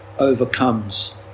overcomes